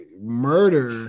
murder